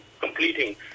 completing